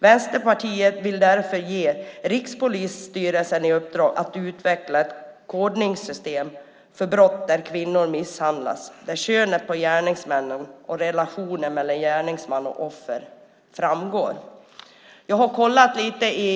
Vänsterpartiet vill därför ge Rikspolisstyrelsen i uppdrag att utveckla ett kodningssystem för brott där kvinnor misshandlas där könet på gärningsmännen och relationen mellan gärningsman och offer framgår.